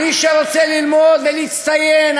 מי שרוצה ללמוד ולהצטיין,